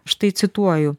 štai cituoju